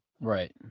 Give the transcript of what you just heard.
Right